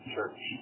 church